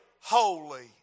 holy